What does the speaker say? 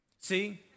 See